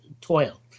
toil